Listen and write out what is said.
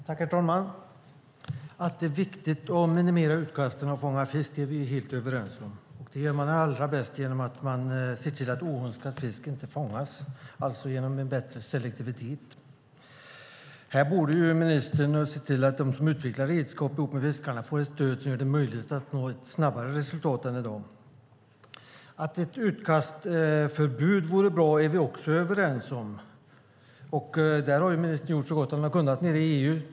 Herr talman! Att det är viktigt att minimera utkasten av fångad fisk är vi helt överens om. Det gör man allra bäst genom att se till att oönskad fisk inte fångas, alltså genom en bättre selektivitet. Här borde ministern se till att de som utvecklar redskap ihop med fiskarna får ett stöd som gör det möjligt att nå ett snabbare resultat än i dag. Att ett utkastförbud vore bra är vi också överens om. Där har ministern gjort så gott han kunnat nere i EU.